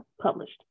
published